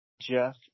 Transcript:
Jeff